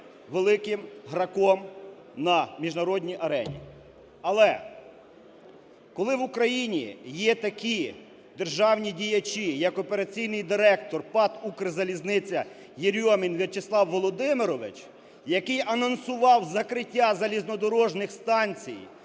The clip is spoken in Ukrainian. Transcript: великим граком на міжнародній арені. Але, коли в Україні є такі державні діячі, як операційний директор ПАТ "Укрзалізниця" Єрьомін В'ячеслав Володимирович, який анонсував закриття залізнодорожніх станцій